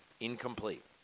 incomplete